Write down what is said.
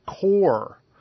core